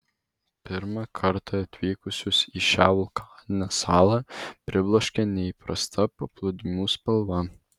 pirmą kartą atvykusius į šią vulkaninę salą pribloškia neįprasta paplūdimių spalva